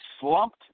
slumped